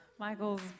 Michael's